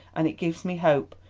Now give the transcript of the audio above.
and it gives me hope,